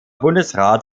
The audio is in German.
bundesrat